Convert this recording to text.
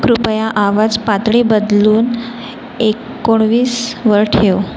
कृपया आवाज पातळी बदलून एकोणवीसवर ठेव